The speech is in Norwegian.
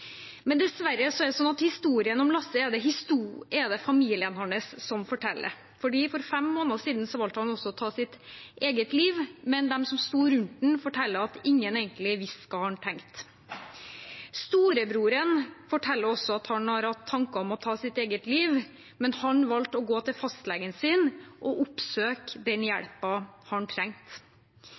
Men de som sto rundt ham, forteller at ingen egentlig visste hva han tenkte. Storebroren forteller også at han har hatt tanker om å ta sitt eget liv, men han valgte å gå til fastlegen sin og oppsøke den